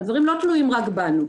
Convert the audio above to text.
הדברים לא תלויים רק בנו.